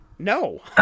No